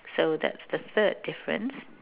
so that's the third difference